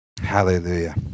Hallelujah